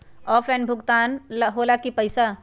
Offline भुगतान हो ला कि पईसा?